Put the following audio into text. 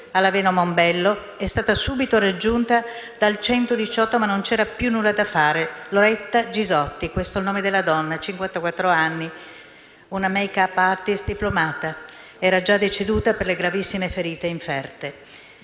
a Laveno Mombello, è stata subito raggiunta dal 118, ma non c'era più nulla da fare: Loretta Gisotti - questo il nome della donna - cinquantaquattro anni, una *make-up artist* diplomata, era già deceduta per le gravissime ferite inferte.